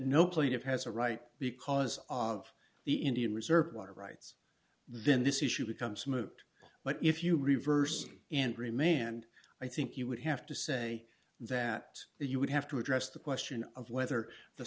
no plea of has a right because of the indian reserve water rights then this issue becomes moot but if you reverse and remain and i think you would have to say that you would have to address the question of whether the